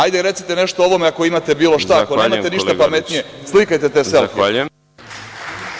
Hajde, recite nešto o ovome ako imate, bilo šta, a ako nemate ništa pametnije, slikajte te selfi.